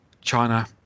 China